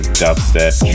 dubstep